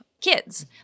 kids